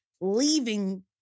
leaving